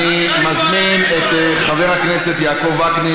הודעה ליושב-ראש ועדת הכנסת.